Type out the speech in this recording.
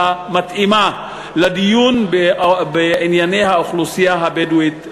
מתאימה לדיון בענייני האוכלוסייה הבדואית בנגב.